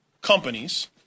companies